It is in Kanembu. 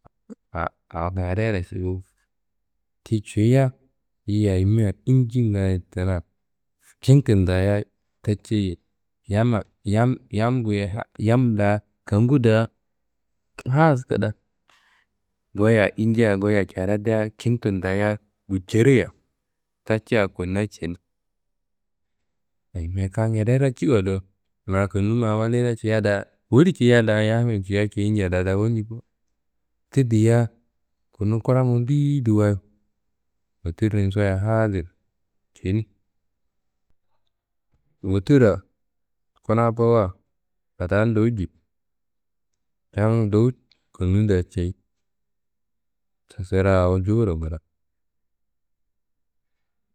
ti ciyia yiyia ayimia inji ngaaye dina, kintu dayia tancei, yamma yam yamnguye yam da kangu da haas kida goyia injia goyia caradia kuntu dayia gucereia tatca konna ceni, ayimia kam ngedeyi raciwa do. Ma konnu ma woliyina ciyia da woli ciyia da yammiyi ciyia ceni nja da walji bo. Ti diya konnu kurangu ndeyedi wayi wotirrin soyia hadir ceni. Woturra kuna bowowa fadaá ndowu jifi, yam ndowu konnu da ceyi. Ti sirea awo jowuro ngla